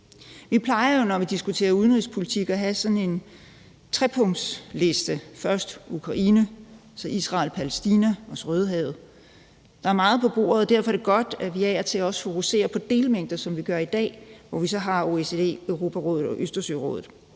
Vi plejer jo, når vi diskuterer udenrigspolitik, at have sådan en trepunktsliste: først Ukraine, så Israel-Palæstina og så Rødehavet. Der er meget på bordet, og derfor er det godt, at vi af og til også fokuserer på delmængder, som vi gør i dag, hvor vi så har OSCE, Europarådet og Østersørådet.